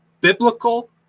biblical